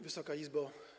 Wysoka Izbo!